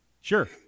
Sure